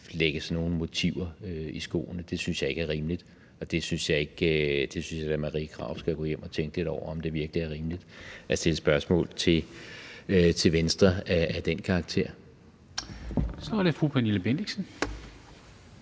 skydes sådan nogle motiver i skoene. Det synes jeg ikke er rimeligt, og jeg synes da, at fru Marie Krarup skal gå hjem og tænke over, om det virkelig er rimeligt at stille spørgsmål til Venstre af den karakter. Kl. 10:49 Formanden